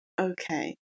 Okay